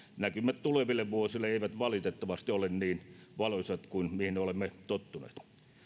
näkymät tuleville vuosille eivät valitettavasti ole niin valoisat kuin mihin olemme tottuneet